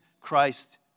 Christ